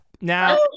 Now